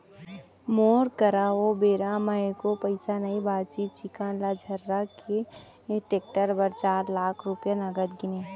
मोर करा ओ बेरा म एको पइसा नइ बचिस चिक्कन ल झर्रा के टेक्टर बर चार लाख रूपया नगद गिनें